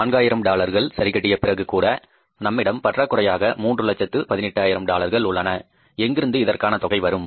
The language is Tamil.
நான்காயிரம் டாலர்கள் சரி கட்டிய பிறகு கூட நம்மிடம் பற்றாக்குறையாக மூன்று லட்சத்து 18 ஆயிரம் டாலர்கள் உள்ளன எங்கிருந்து இதற்கான தொகை வரும்